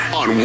on